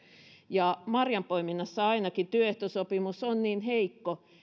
ja ainakin marjanpoiminnassa työehtosopimus on niin heikko